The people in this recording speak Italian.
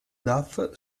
daf